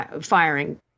firing